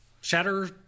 shatter